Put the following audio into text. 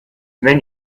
wenn